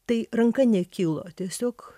tai ranka nekilo tiesiog